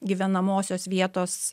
gyvenamosios vietos